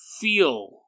feel